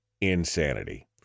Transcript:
insanity